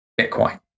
Bitcoin